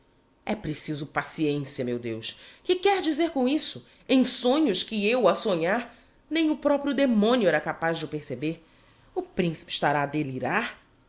é preciso paciencia meu deus que quer dizer com isso em sonhos que eu a sonhar nem o proprio demonio era capaz de o perceber o principe estará a delirar